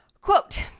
Quote